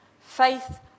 faith